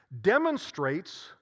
demonstrates